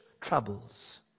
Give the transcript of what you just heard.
troubles